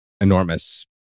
enormous